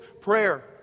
prayer